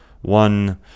one